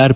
R